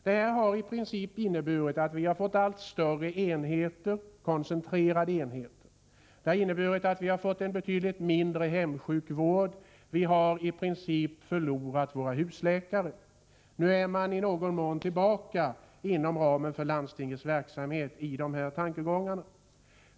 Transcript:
Det har regelmässigt inneburit att vi har fått allt större koncentrerade enheter. Det har inneburit att vi har fått en betydligt mindre hemsjukvård. Vi har egentligen förlorat våra husläkare. Nu är man i någon mån tillbaka inom ramen för landstingens verksamhet när det gäller dessa tankegångar.